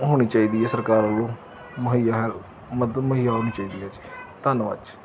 ਹੋਣੀ ਚਾਹੀਦੀ ਹੈ ਸਰਕਾਰ ਵੱਲੋਂ ਮੁਹੱਈਆ ਮਦਦ ਮੁਹੱਈਆ ਹੋਣੀ ਚਾਹੀਦੀ ਹੈ ਜੀ ਧੰਨਵਾਦ ਜੀ